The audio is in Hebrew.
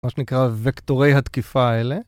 מה שנקרא וקטורי התקיפה האלה